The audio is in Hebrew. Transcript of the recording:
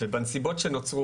ובנסיבות שנוצרו,